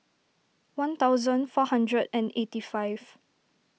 one thousand four hundred and eighty five